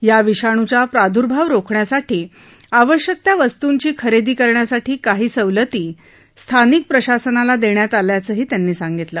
या विषाणूच्या प्रादर्भाव रोखण्यासाठी आवश्यक त्या वस्तूंची खरेदी करण्यासाठी काही सवलती स्थानिक प्रशासनाला देण्यात आल्याचेही त्यांनी सांगितले